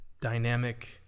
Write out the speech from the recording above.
dynamic